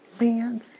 man